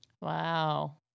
Wow